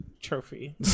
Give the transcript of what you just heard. trophy